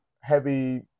heavy